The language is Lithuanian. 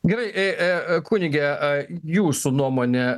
gerai ė e e kunige a jūsų nuomone